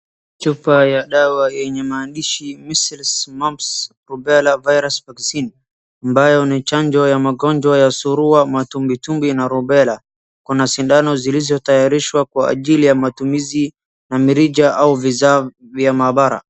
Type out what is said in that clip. Chupa ya dawa yenye maandishi measles mumps rubella virus vaccine ambayo ni chanjo ya magonjwa ya surua, matumbitumbwi na rubella. Kuna sindano zilizotayarishwa kwa ajili ya matumizi na mirija au vizao vya maabara.